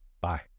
bye